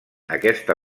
aquesta